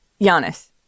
Giannis